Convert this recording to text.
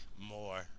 more